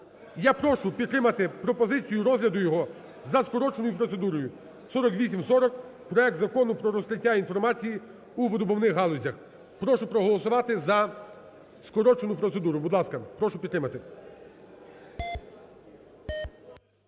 Я прошу підтримати пропозицію розгляду його за скороченою процедурою. 4840: проект Закону про розкриття інформації у видобувних галузях. Прошу проголосувати за скорочену процедуру, будь ласка.